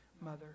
Mother